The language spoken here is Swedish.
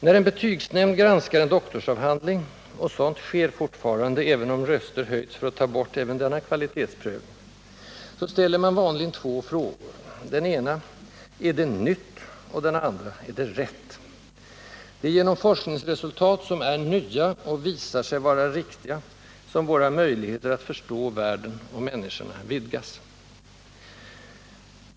När en betygsnämnd granskar en doktorsavhandling — och sådant sker fortfarande, även om röster höjts för att ta bort även denna kvalitetsprövning —ställer man vanligen två frågor —den ena: ” Är det nytt?” och den andra: ” Är det rätt?” Det är genom forskningsresultat, som är nya och som visar sig vara riktiga, som våra möjligheter att förstå världen och människorna vidgas.